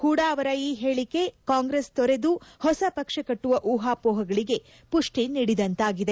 ಹೂಡಾ ಅವರ ಈ ಹೇಳಿಕೆ ಕಾಂಗ್ರೆಸ್ ತೊರೆದು ಹೊಸ ಪಕ್ಷ ಕಟ್ಟುವ ಉಹಾಪೋಹಾಗಳಿಗೆ ಪುಷ್ಷಿ ನೀಡಿದಂತಾಗಿದೆ